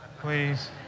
please